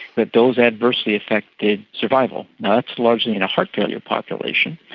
that those adversely affected survival. that's largely in a heart failure population.